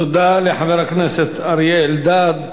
תודה לחבר כנסת אריה אלדד.